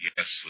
Yes